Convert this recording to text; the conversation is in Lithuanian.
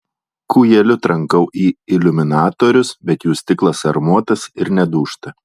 kūjeliu trankau į iliuminatorius bet jų stiklas armuotas ir nedūžta